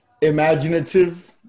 Imaginative